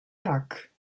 tak